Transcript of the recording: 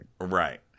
Right